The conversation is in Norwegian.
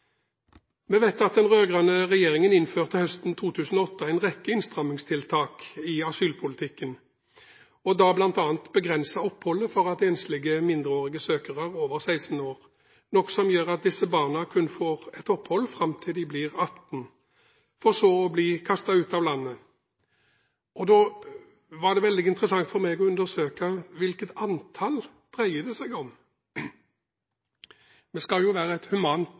Vi vet at den rød-grønne regjeringen høsten 2008 innførte en rekke innstrammingstiltak i asylpolitikken, og da bl.a. begrenset opphold for enslige mindreårige søkere over 16 år, noe som gjør at disse barna kun får opphold fram til de blir 18 år, for så å bli kastet ut av landet. Da var det veldig interessant for meg å undersøke hvilket antall det dreier seg om – vi skal jo være et